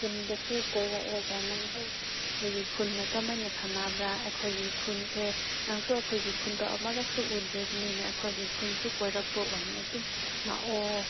ꯈꯨꯟꯗꯁꯨ ꯀꯣꯏꯔꯛꯂꯒ ꯅꯪꯁꯨ ꯑꯩꯈꯣꯏꯒꯤ ꯈꯨꯟꯅ ꯀꯃꯥꯏꯅ ꯁꯥꯟꯅꯕ꯭ꯔꯥ ꯑꯩꯈꯣꯏꯒꯤ ꯈꯨꯟꯁꯦ ꯅꯪꯁꯨ ꯑꯩꯈꯣꯏꯒꯤ ꯈꯨꯟꯗꯣ ꯑꯃꯨꯛꯇꯁꯨ ꯎꯗ꯭ꯔꯤꯕꯅꯤꯅ ꯑꯩꯈꯣꯏꯒꯤ ꯈꯨꯟꯁꯨ ꯀꯣꯏꯔꯛꯄ ꯑꯣꯏꯅ ꯑꯗꯨꯝ ꯂꯥꯛꯑꯣ